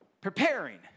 Preparing